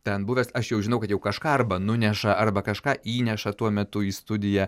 ten buvęs aš jau žinau kad jau kažką arba nuneša arba kažką įneša tuo metu į studiją